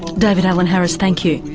david alan harris thank you,